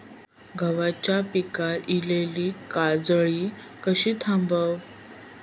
गव्हाच्या पिकार इलीली काजळी कशी थांबव?